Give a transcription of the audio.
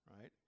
Right